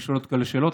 לשאול את כל השאלות,